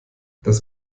das